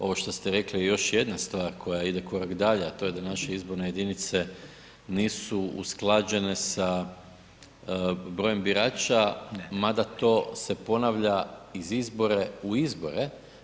Ovo što ste rekli je još jedna stvar koja ide korak dalje, a to je da naše izborne jedinice nisu usklađene sa brojem birača mada to se ponavlja iz izbora u izbore.